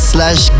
Slash